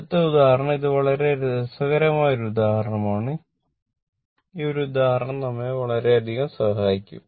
അടുത്ത ഉദാഹരണംഇത് വളരെ രസകരമായ ഒരു ഉദാഹരണമാണ് ഈ ഒരു ഉദാഹരണം നമ്മെ വളരെയധികം സഹായിക്കും